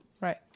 Right